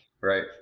Right